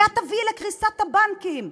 כי את תביאי לקריסת הבנקים,